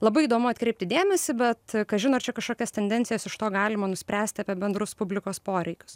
labai įdomu atkreipti dėmesį bet kažin ar čia kažkokias tendencijas iš to galima nuspręsti apie bendrus publikos poreikius